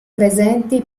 presenti